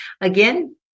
Again